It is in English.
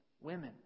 women